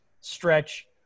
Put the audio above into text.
stretch